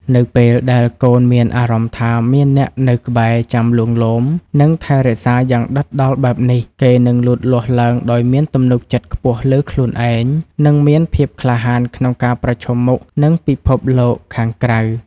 នៅពេលដែលកូនមានអារម្មណ៍ថាមានអ្នកនៅក្បែរ ចាំលួងលោម និងថែរក្សាយ៉ាងដិតដល់បែបនេះ គេនឹងលូតលាស់ឡើងដោយមានទំនុកចិត្តខ្ពស់លើខ្លួនឯង និងមានភាពក្លាហានក្នុងការប្រឈមមុខនឹងពិភពលោកខាងក្រៅ។